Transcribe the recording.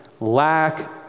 Lack